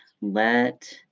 let